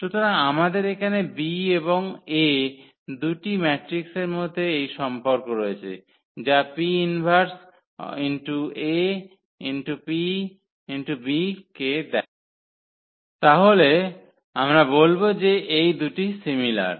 সুতরাং আমাদের এখানে B এবং A দুটি ম্যাট্রিকের মধ্যে এই সম্পর্ক রয়েছে যা 𝑃−1A𝑃 B কে দেয় তাহলে আমরা বলব যে এই দুটি সিমিলার